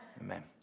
Amen